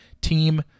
team